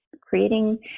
creating